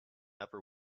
upper